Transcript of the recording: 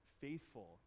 Faithful